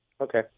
Okay